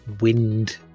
wind